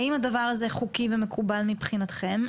האם הדבר הזה חוקי ומקובל מבחינתכם,